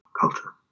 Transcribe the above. culture